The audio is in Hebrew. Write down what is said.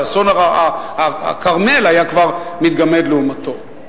שאסון הכרמל היה כבר מתגמד לעומתו.